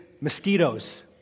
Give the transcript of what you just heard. mosquitoes